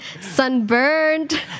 Sunburned